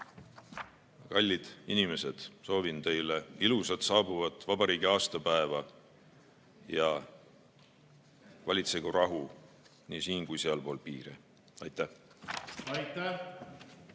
Kallid inimesed, soovin teile ilusat saabuvat vabariigi aastapäeva ja valitsegu rahu nii siin- kui ka sealpool piire! Aitäh!